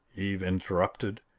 eve interrupted.